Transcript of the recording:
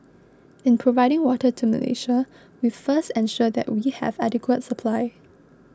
in providing water to Malaysia we first ensure that we have adequate supply